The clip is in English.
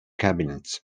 cabinets